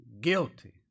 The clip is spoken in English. guilty